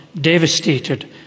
devastated